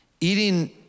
eating